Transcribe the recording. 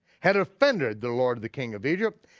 had offended the lord of the king of egypt,